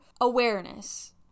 awareness